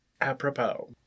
apropos